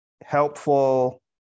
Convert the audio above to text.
helpful